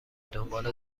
دنبال